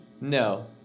No